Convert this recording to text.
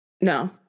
No